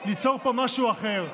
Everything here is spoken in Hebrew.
ליצור פה משהו אחר.